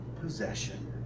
possession